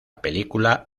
película